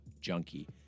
junkie